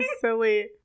silly